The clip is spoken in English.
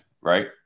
right